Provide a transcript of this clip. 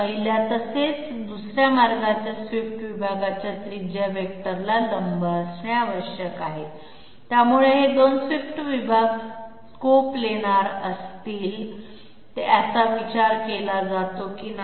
पहिल्या तसेच दुसऱ्या मार्गाच्या स्वीप्ट विभागाच्या त्रिज्या वेक्टरला लंब असणे आवश्यक आहे यामुळे हे दोन स्वीप्ट विभाग सह नियोजन असतील याचा विचार केला जातो का नाही